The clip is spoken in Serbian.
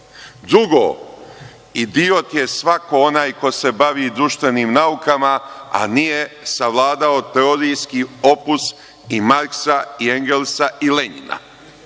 Srbiju. Drugo, idiot je svako onaj ko se bavi društvenim naukama, a nije savladao teorijski opus i Marksa i Engelsa i Lenjina.